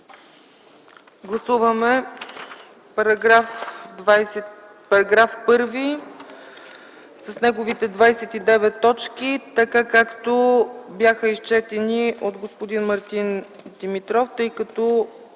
Гласуваме § 1 с неговите 29 точки, така както бяха изчетени от господин Мартин Димитров. Разбрахте,